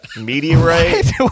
Meteorite